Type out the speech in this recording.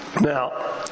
Now